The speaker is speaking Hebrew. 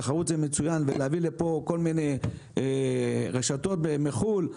תחרות זה מצוין ולהביא לפה כל מיני רשתות מחו"ל.